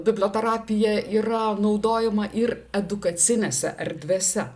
biblioterapija yra naudojama ir edukacinėse erdvėse